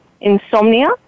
insomnia